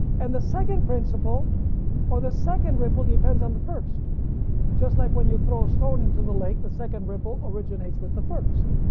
and the second principle or the second ripple depends on the first just like when you throw a stone into the lake the second ripple originates with the first.